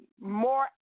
more